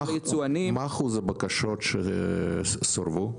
מה אחוז הבקשות שסורבו?